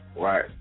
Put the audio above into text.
Right